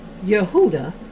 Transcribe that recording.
Yehuda